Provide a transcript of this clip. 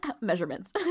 measurements